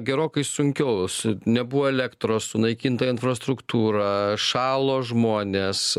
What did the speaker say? gerokai sunkiau su nebuvo elektros sunaikinta infrastruktūra šalo žmones